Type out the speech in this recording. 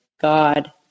God